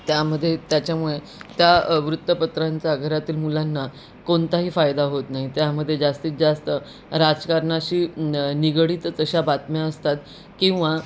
त्यामध्ये त्याच्यामुळे त्या वृत्तपत्रांचा घरातील मुलांना कोणताही फायदा होत नाही त्यामध्ये जास्तीत जास्त राजकारणाशी न निगडीतच अशा बातम्या असतात किंवा